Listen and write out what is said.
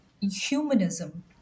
humanism